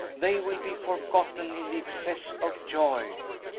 they will be forgotten in the excess of joy!